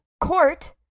court